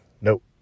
nope